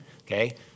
okay